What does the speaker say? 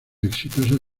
exitosa